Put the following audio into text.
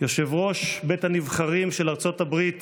יושב-ראש בית הנבחרים של ארצות הברית